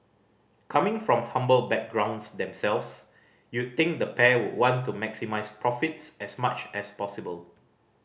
coming from humble backgrounds themselves you'd think the pair would want to maximise profits as much as possible